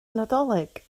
nadolig